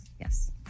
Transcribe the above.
yes